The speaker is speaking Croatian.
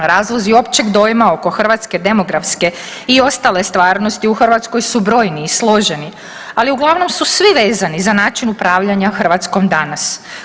Razlozi općeg dojma oko hrvatske demografske i ostale stvarnosti u Hrvatskoj su brojni i složeni ali uglavnom su svi vezani za način upravljanja Hrvatskom danas.